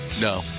No